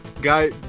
Guy